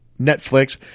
Netflix